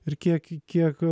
ir kiekį kiek